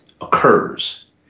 occurs